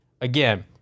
again